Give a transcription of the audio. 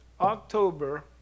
October